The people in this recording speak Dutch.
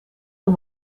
een